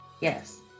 Yes